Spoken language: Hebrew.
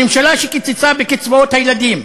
הממשלה שקיצצה בקצבאות הילדים,